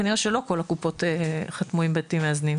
כנראה שלא הקופות חתמו עם בתים מאזנים.